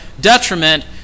detriment